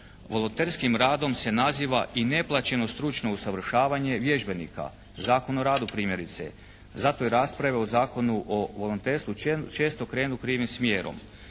Volonterskim radom se naziva i neplaćeno stručno usavršavanje vježbenika, Zakon o radu primjerice. Zato i rasprave o Zakonu o volonterstvu često krenu krivim smjerom.